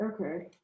Okay